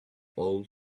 all